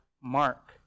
mark